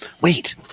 wait